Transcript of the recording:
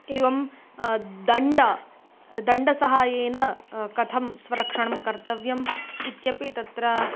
एवं दण्डः दण्डसहायेन कथं स्वरक्षणं कर्तव्यम् इत्यपि तत्र